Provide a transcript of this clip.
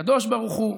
הקדוש ברוך הוא,